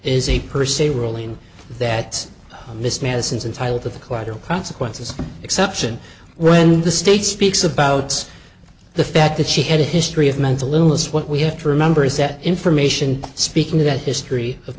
is a per se ruling that this medicine's entitle the collateral consequences exception when the state speaks about the fact that she had his three of mental illness what we have to remember is that information speaking to that history of